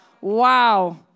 Wow